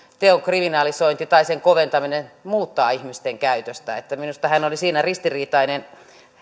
teon kriminalisointi tai sen rangaistuksen koventaminen muuttaa ihmisten käytöstä että minusta hän oli siinä ristiriitainen